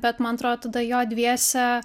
bet man atro tada jo dviese